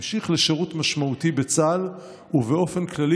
המשיך לשירות משמעותי בצה"ל ובאופן כללי